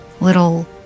Little